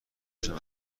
شدم